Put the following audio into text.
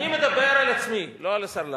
אני מדבר על עצמי, לא על השר לנדאו.